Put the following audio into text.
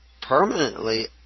permanently